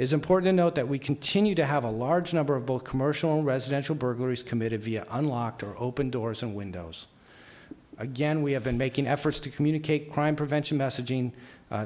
is important to note that we continue to have a large number of both commercial residential burglaries committed via unlocked or open doors and windows again we have been making efforts to communicate crime prevention messaging